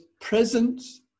presence